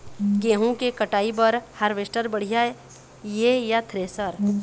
गेहूं के कटाई बर हारवेस्टर बढ़िया ये या थ्रेसर?